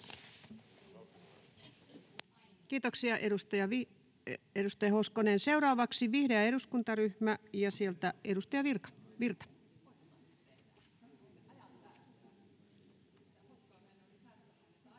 Kiitoksia, edustaja Hoskonen. — Seuraavaksi vihreä eduskuntaryhmä ja sieltä edustaja Virta.